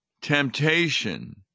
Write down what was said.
temptation